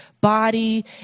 body